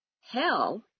Hell